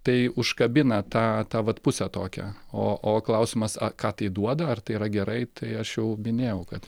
tai užkabina tą tą vat pusę tokią o o klausimas ar ką tai duoda ar tai yra gerai tai aš jau minėjau kad